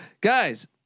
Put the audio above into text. guys